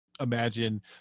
imagine